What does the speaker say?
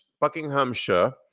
Buckinghamshire